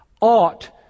ought